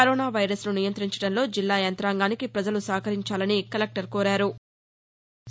corona వైరస్ను నియంతించడంలో జిల్లా యంతాంగానికి ప్రజలు సహకరించాలని కలెక్టర్ కోరారు